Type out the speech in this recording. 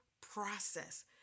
process